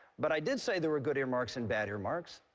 but i did say there were good earmarks and bad earmarks.